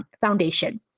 Foundation